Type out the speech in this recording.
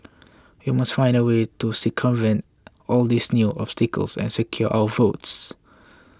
we must find a way to circumvent all these new obstacles and secure our votes